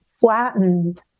flattened